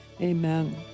amen